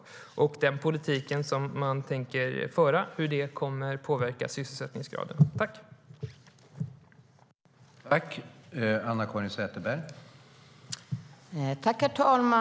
Hur kommer den politik som man tänker föra att påverka sysselsättningsgraden?